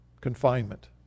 confinement